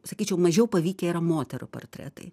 sakyčiau mažiau pavykę yra moterų portretai